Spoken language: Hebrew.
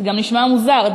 זה גם נשמע מוזר,